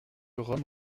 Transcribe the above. rome